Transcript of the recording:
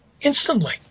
instantly